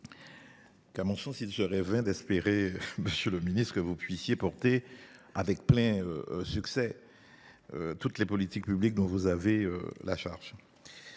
qu’à mon sens il serait vain d’espérer, monsieur le ministre, que vous puissiez porter avec succès toutes les politiques publiques dont vous êtes chargé.